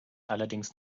allerdings